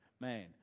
man